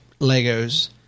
Legos